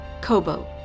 Kobo